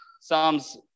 Psalms